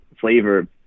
flavor